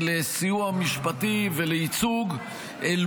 לסיוע משפטי ולייצוג אל